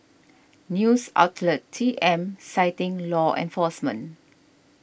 news outlet T M citing law enforcement